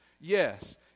Yes